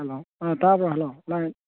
hello ꯇꯥꯕ꯭ꯔꯣ hello line